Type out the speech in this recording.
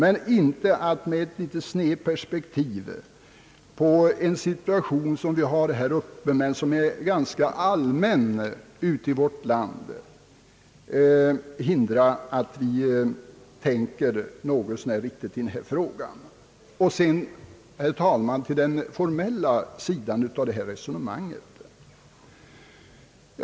Vi skall inte av ett litet snett perspektiv på en situation, som vi har där uppe men som är ganska allmän i vårt land, hindras att tänka något så när riktigt i denna fråga. Jag kommer så, herr talman, till den formella sidan av detta resonemang.